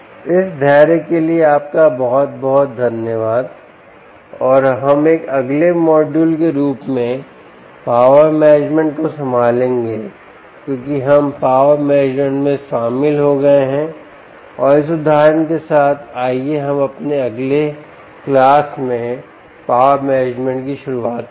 इस धैर्य के लिए आपका बहुत बहुत धन्यवाद और हम एक अगले मॉड्यूल के रूप में पावर मैनेजमेंट को संभालेंगे क्योंकि हम पावर मैनेजमेंट में शामिल हो गए हैं और इस उदाहरण के साथ आइए हम अपने अगले क्लास में पावर मैनेजमेंट की शुरुआत करें